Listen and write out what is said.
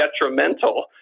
detrimental